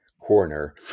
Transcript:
corner